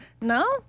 No